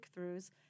breakthroughs